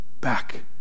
back